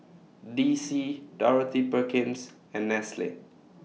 D C Dorothy Perkins and Nestle